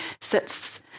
sits